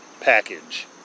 package